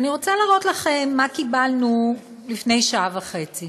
אני רוצה להראות לכם מה קיבלנו לפני שעה וחצי: